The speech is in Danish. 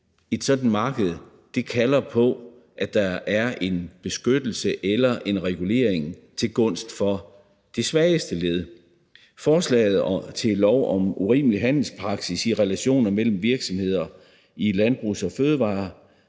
et sådant marked kalder på, at der er en beskyttelse eller en regulering til gunst for de svageste led. Forslaget til lov om urimelig handelspraksis i relationer mellem virksomheder i landbrugs- og